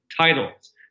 titles